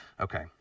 Okay